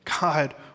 God